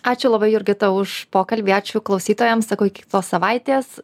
ačiū labai jurgita už pokalbį ačiū klausytojams sakau iki kitos savaitės